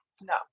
No